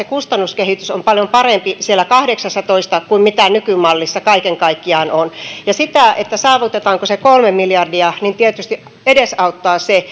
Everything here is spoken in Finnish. kustannuskehitys on paljon parempi siellä kahdeksassatoista kuin mitä nykymallissa kaiken kaikkiaan on sitä saavutetaanko se kolme miljardia tietysti edesauttaa se